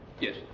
yes